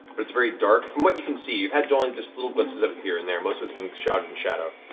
but it's very dark, from what you can see. you've had just little glimpses of it here and there. most of it's been shrouded in shadow.